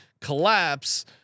Collapse